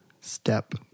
step